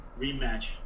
Rematch